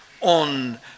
on